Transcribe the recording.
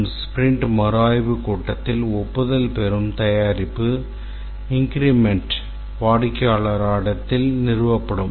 மற்றும் ஸ்பிரிண்ட் மறுஆய்வுக் கூட்டத்தில் ஒப்புதல் பெறும் தயாரிப்பு இன்கிரிமென்ட் வாடிக்கையாளர் இடத்தில் நிறுவப்படும்